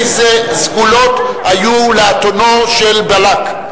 אילו סגולות היו לאתונו של בלק.